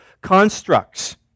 constructs